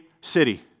city